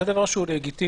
זה דבר שהוא לגיטימי,